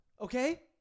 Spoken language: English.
Okay